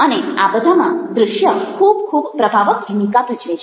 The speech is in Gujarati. અને આ બધામાં દ્રશ્ય ખૂબ ખૂબ પ્રભાવક ભૂમિકા ભજવે છે